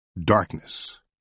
Darkness